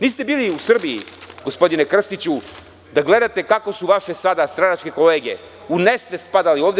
Niste bili u Srbiji, gospodine Krstiću, da gledate kako su vaše sada stranačke kolege u nesvest padale ovde.